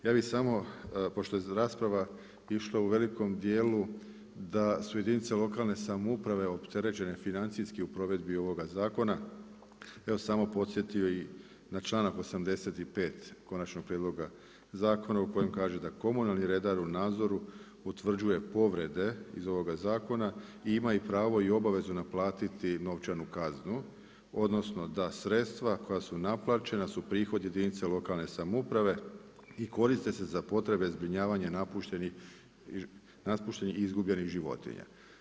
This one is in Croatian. Ja bih samo pošto je rasprava išla u velikom dijelu da su jedinice lokalne samouprave opterećene financijski u provedbi ovoga zakona, ja bih samo podsjetio i na članak 85. konačnog prijedloga zakona u kojem kaže da „komunalni redar u nadzoru utvrđuje povrede iz ovoga zakona i ima pravo i obavezu naplatiti novčanu kaznu odnosno da sredstva koja su naplaćena su prihod jedinice lokalne samouprave i koriste se za potrebe zbrinjavanja napuštenih i izgubljenih životinja“